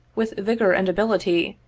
with vigor and ability,